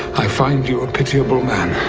i find you a pitiable man